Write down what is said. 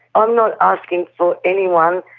i'm not asking for anyone